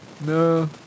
No